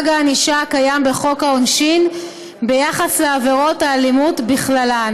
הענישה הקיים בחוק העונשין ביחס לעבירות האלימות בכללן,